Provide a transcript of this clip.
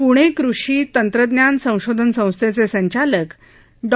प्णे कृषी तंत्रज्ञान संशोधन संस्थेचे संचालक डॉ